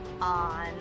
on